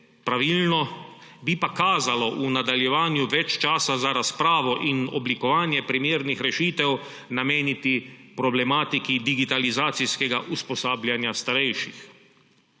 pravilno. Bi pa kazalo v nadaljevanju več časa za razpravo in oblikovanje primernih rešitev nameniti problematiki digitalizacijskega usposabljanja starejših.